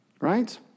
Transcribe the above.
Right